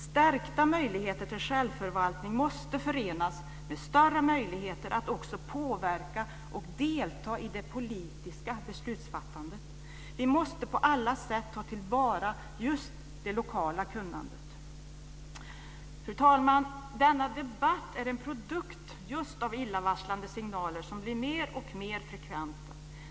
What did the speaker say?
Stärkta möjligheter till självförvaltning måste förenas med större möjligheter att också påverka och delta i det politiska beslutsfattandet. Vi måste på alla sätt ta till vara just det lokala kunnandet. Fru talman! Denna debatt är en produkt av illavarslande signaler, som blir mer och mer frekventa.